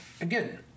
again